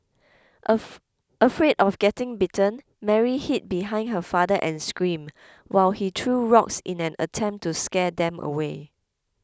of afraid of getting bitten Mary hid behind her father and screamed while he threw rocks in an attempt to scare them away